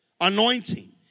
anointing